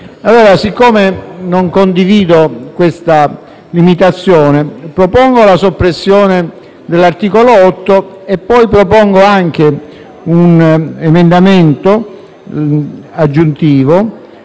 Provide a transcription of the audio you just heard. siccome non condivido questa limitazione, propongo la soppressione dell'articolo 8 e propongo anche l'emendamento aggiuntivo